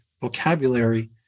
vocabulary